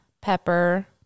pepper